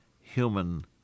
human